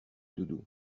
doudou